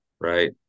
right